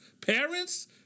Parents